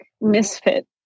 misfit